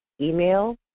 email